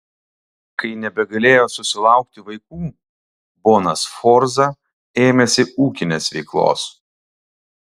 kai nebegalėjo susilaukti vaikų bona sforza ėmėsi ūkinės veiklos